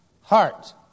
Heart